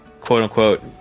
quote-unquote